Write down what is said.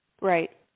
right